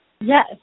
Yes